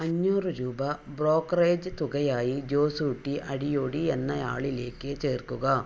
അഞ്ഞൂറ് രൂപ ബ്രോക്കറേജ് തുകയായി ജോസൂട്ടി അടിയോടി എന്നയാളിലേക്ക് ചേർക്കുക